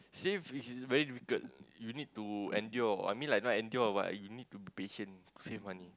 save which is very difficult you need to endure I mean like not endure but you need to be patient to save money